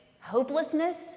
hopelessness